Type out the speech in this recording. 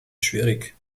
schwierig